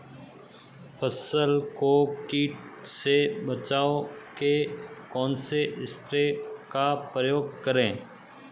फसल को कीट से बचाव के कौनसे स्प्रे का प्रयोग करें?